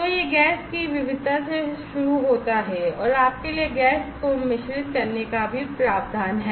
तो यह गैस की विविधता से शुरू होता है और आपके लिए गैस को मिश्रित करने का भी प्रावधान है